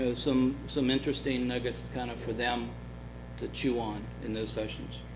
some some interesting nuggets kind of for them to chew on in those sessions.